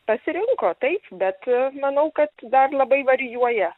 pasirinko taip bet manau kad dar labai varijuoja